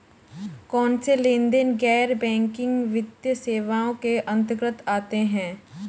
कौनसे लेनदेन गैर बैंकिंग वित्तीय सेवाओं के अंतर्गत आते हैं?